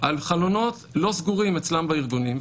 על חלונות לא סגורים אצלם בארגונים,